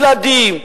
ילדים,